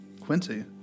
Quincy